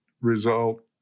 result